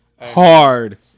Hard